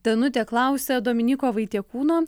danutė klausia dominyko vaitiekūno